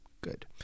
Good